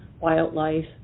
wildlife